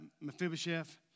Mephibosheth